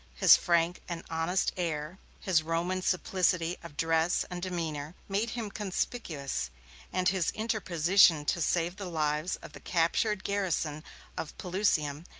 his frank and honest air, his roman simplicity of dress and demeanor, made him conspicuous and his interposition to save the lives of the captured garrison of pelusium,